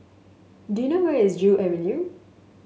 do you know where is Joo Avenue